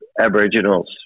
Aboriginals